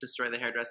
DestroyTheHairDresser